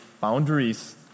boundaries